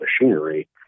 machinery